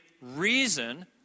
reason